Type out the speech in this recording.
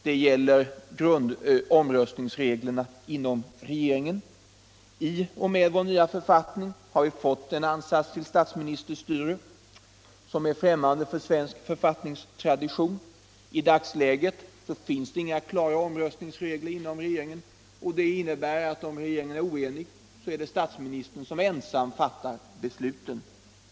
Det gäller omröstningsreglerna inom regeringen. I och med vår nya författning har vi fått en ansats till statsministerstyre som är främmande för svensk författningstradition. I dagsläget finns inga klara omröstningsregler inom regeringen, och det innebär att om regeringen är oenig, så är det statsministern som ensam fattar besluten.